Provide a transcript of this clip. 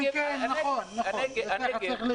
נכון, וככה צריך להיות.